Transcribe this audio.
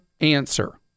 answer